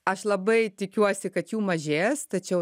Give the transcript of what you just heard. aš labai tikiuosi kad jų mažės tačiau